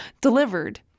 delivered